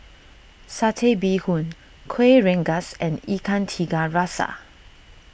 Satay Bee Hoon Kueh Rengas and Ikan Tiga Rasa